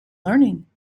learning